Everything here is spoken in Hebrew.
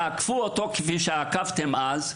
תעקפו אותו, כפי שעקפתם אז,